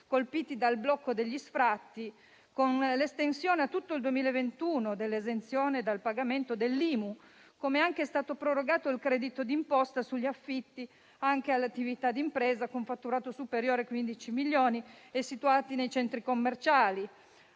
colpiti dal blocco degli sfratti, con l'estensione a tutto il 2021 dell'esenzione dal pagamento dell'IMU. Allo stesso modo è stato prorogato il credito di imposta sugli affitti anche alle attività di imprese con fatturato superiore a 15 milioni e situate nei centri commerciali.